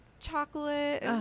Chocolate